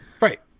Right